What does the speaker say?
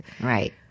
right